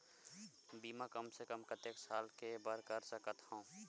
बीमा कम से कम कतेक साल के बर कर सकत हव?